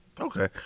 Okay